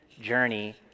journey